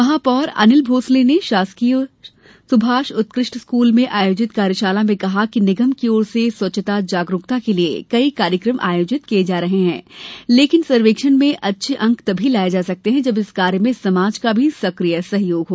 महापौर अनील भोंसले ने शासकीय सुभाष उत्कृट स्कूल में आयोजित कार्यशाला में कहा कि निगम की ओर से स्वच्छता जागरूकता के लिये कई कार्यक्रम आयोजित किये जा रहे हैं लेकिन सर्वेक्षण में अच्छे अंक तभी लाये जा सकते हैं जब इस कार्य में समाज का भी सकिय सहयोग हो